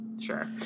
sure